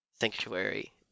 sanctuary